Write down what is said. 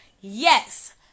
Yes